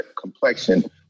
complexion